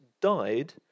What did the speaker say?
died